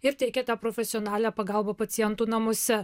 ir teikia tą profesionalią pagalbą pacientų namuose